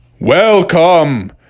Welcome